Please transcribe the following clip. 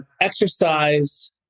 exercise